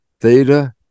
Theta